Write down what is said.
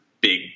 big